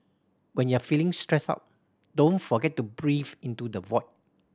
when you are feeling stressed out don't forget to breathe into the void